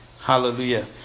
Hallelujah